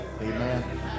Amen